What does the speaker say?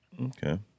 Okay